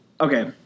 Okay